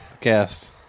Cast